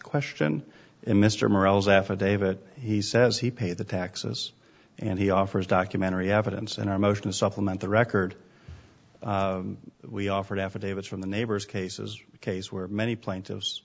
question in mr morales affidavit he says he paid the taxes and he offers documentary evidence in our motion to supplement the record we offered affidavits from the neighbors cases a case where many plaintiffs